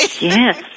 Yes